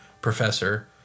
professor